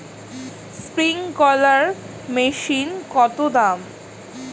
Sprinkler মেশিনের দাম কত?